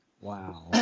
Wow